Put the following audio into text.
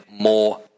more